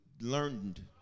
learned